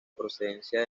procedencia